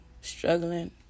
struggling